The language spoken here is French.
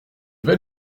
vais